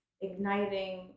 igniting